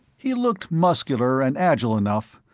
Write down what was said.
he looked muscular and agile enough,